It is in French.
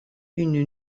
une